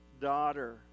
daughter